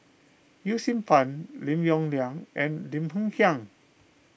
Yee Siew Pun Lim Yong Liang and Lim Hng Kiang